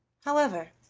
however,